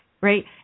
right